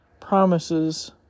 promises